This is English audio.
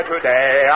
Today